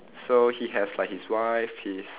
so he has like his wife his